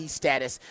status